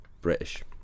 British